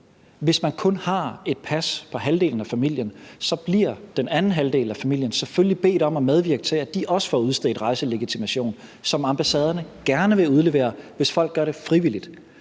Hvis man kun har pas på halvdelen af familien, så bliver den anden halvdel af familien selvfølgelig bedt om at medvirke til, at de også får udstedt rejselegitimation, som ambassaderne gerne vil udlevere, hvis folk gør det frivilligt.